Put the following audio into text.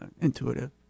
intuitive